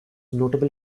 notable